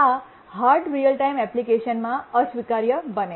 આ hard real time એપ્લિકેશનમાં અસ્વીકાર્ય બને છે